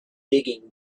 digging